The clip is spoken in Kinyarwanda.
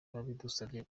babidusabye